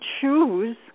choose